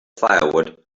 firewood